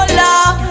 love